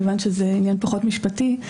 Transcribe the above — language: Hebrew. מכיוון שזה עניין פחות משפטי.